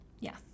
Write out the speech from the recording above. Yes